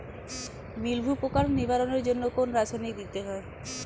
মিলভিউ পোকার নিবারণের জন্য কোন রাসায়নিক দিতে হয়?